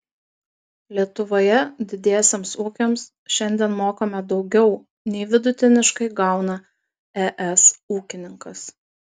lietuvoje didiesiems ūkiams šiandien mokame daugiau nei vidutiniškai gauna es ūkininkas